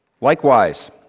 Likewise